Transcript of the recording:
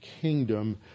kingdom